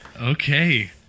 Okay